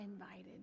invited